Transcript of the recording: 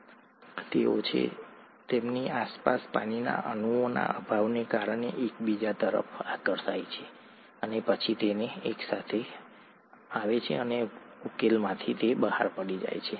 તેઓ છે તેઓ તેમની આસપાસ પાણીના અણુઓના અભાવને કારણે એકબીજા તરફ આકર્ષાય છે અને પછી તેઓ એકસાથે આવે છે અને ઉકેલમાંથી બહાર પડી જાય છે